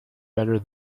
better